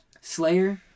Slayer